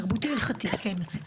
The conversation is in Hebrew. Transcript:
אבל